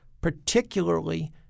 particularly